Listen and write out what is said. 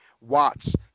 Watts